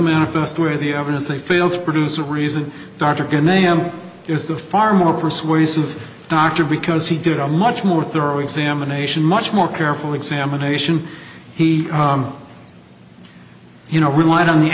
manifest where the evidence they failed to produce a reason darkened them is the far more persuasive doctor because he did a much more thorough examination much more careful examination he you know relied on the